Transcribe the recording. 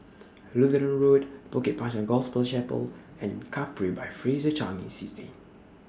Lutheran Road Bukit Panjang Gospel Chapel and Capri By Fraser Changi City